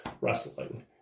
wrestling